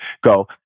go